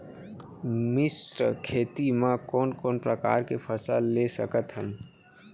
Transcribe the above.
मिश्र खेती मा कोन कोन प्रकार के फसल ले सकत हन?